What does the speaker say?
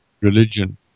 religion